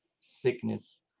sickness